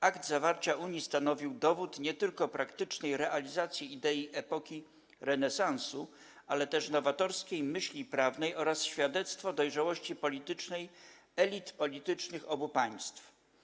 Akt zawarcia unii stanowił dowód nie tylko praktycznej realizacji idei epoki renesansu, ale też nowatorskiej myśli prawnej oraz świadectwo dojrzałości politycznej elit politycznych obu państw.